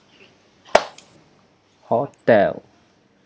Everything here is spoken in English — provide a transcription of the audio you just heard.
hotel